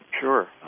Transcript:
Sure